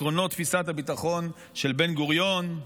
עקרונות תפיסת הביטחון של בן-גוריון: